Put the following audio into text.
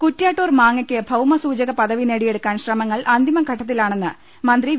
കുറ്റ്യാട്ടൂർ മാങ്ങയ്ക്ക് ഭൌമസൂചക പദവി നേടിയെടുക്കാൻ ശ്രമങ്ങൾ അന്തിമ ്ഘട്ടത്തിലാണെന്ന് മന്ത്രി വി